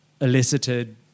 elicited